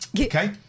Okay